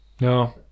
no